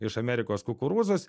iš amerikos kukurūzus